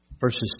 verses